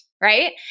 right